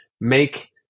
make